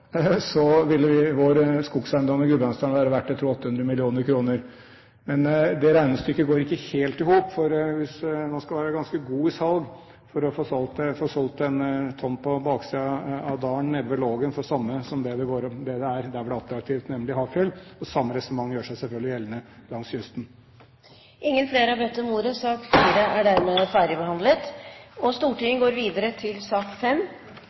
så ville vår skogseiendom i Gudbrandsdalen være verdt 800 mill. kr. Men det regnestykket går ikke helt i hop, for man skal være ganske god i salg for å få solgt en tomt på baksiden av dalen, nede ved Lågen for samme pris som der det er attraktivt – nemlig i Hafjell. Samme resonnement gjør seg selvfølgelig gjeldende langs kysten. Flere har ikke bedt om ordet til sak nr. 4. Etter ønske fra energi- og miljøkomiteen vil presidenten foreslå at taletiden begrenses til